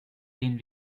denen